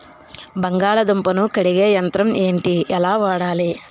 బంగాళదుంప ను కడిగే యంత్రం ఏంటి? ఎలా వాడాలి?